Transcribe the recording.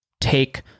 take